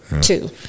two